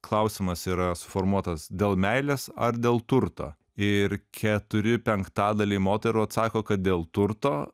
klausimas yra suformuotas dėl meilės ar dėl turto ir keturi penktadaliai moterų atsako kad dėl turto